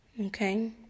Okay